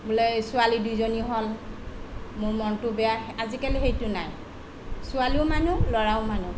বোলে ছোৱালী দুইজনী হ'ল মোৰ মনটো বেয়া আজিকালি সেইটো নাই ছোৱালীও মানুহ ল'ৰাও মানুহ